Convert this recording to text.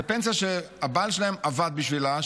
זו פנסיה שהבעל שלהן עבד בשבילה,